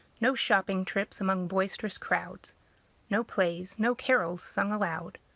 no shopping trips among boisterous crowds no plays, no carols sung aloud.